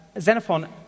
Xenophon